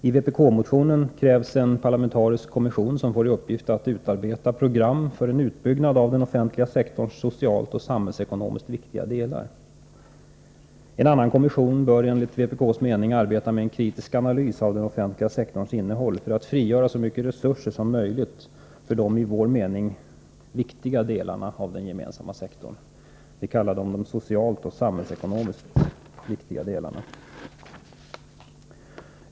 I vpk-motionen krävs en parlamentarisk kommission som skulle få till uppgift att utarbeta program för en utbyggnad av den offentliga sektorns socialt och samhällsekonomiskt viktiga delar. En annan kommission bör enligt vpk:s mening arbeta med en kritisk analys av den offentliga sektorns innehåll för att det skall kunna frigöras så stora resurser som möjligt för de, enligt vår mening, viktiga delarna av den gemensamma sektorn. Vi kallar dem de socialt och samhällsekonomiskt viktiga delarna.